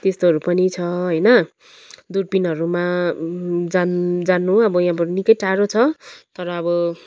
त्यस्तोहरू पनि छ होइन दुर्पिनहरूमा जान जानु अब यहाँबाट निकै टाढो छ तर अब